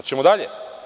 Hoćemo dalje?